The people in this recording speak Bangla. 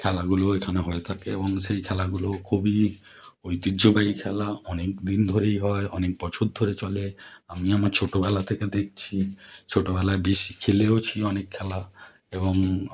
খেলাগুলো ওইখানে হয়ে থাকে এবং সেই খেলাগুলো খুবই ঐতিহ্যবাহী খেলা অনেক দিন ধরেই হয় অনেক বছর ধরে চলে আমি আমার ছোটবেলা থেকে দেখছি ছোটবেলায় বেশি খেলেওছি অনেক খেলা এবং